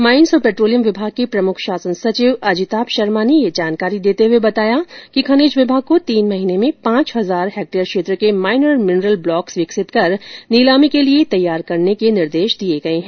mines और petroleum विभाग के प्रमुख शासन सचिव अजिताभ शर्मा ने ये जानकारी देते हुए बताया कि खनिज विभाग को तीन महीने में पांच हजार हैक्टेयर क्षेत्र के माइनर मिनरल ब्लॉक्स विकसित कर नीलामी के लिए तैयार करने के निर्देश दिए गए हैं